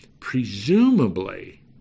Presumably